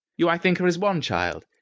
you, i think, are his one child?